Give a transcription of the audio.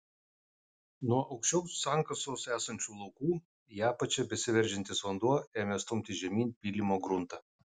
nuo aukščiau sankasos esančių laukų į apačią besiveržiantis vanduo ėmė stumti žemyn pylimo gruntą